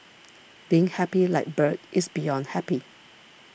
being happy like bird is beyond happy